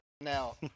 Now